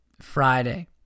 Friday